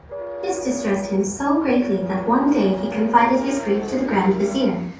this distressed him so greatly that one day he confided his grief to the grand-vizir,